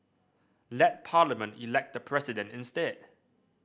let Parliament elect the President instead